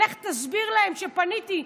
לך תסביר להם שפניתי,